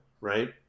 right